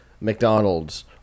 McDonald's